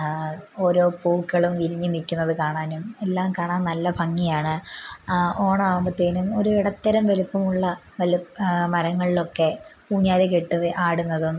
ഓരോ പൂക്കളും വിരിഞ്ഞുനില്ക്കുന്നത് കാണാനും എല്ലാം കാണാൻ നല്ല ഭംഗിയാണ് ഓണമാവുമ്പോഴത്തേനും ഒരിടത്തരം വലുപ്പമുള്ള മരങ്ങളിലൊക്കെ ഊഞ്ഞാല് കെട്ടി ആടുന്നതും